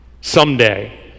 Someday